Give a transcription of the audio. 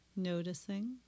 Noticing